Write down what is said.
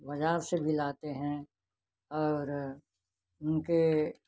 बाज़ार से भी लाते हैं और उनके